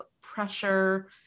pressure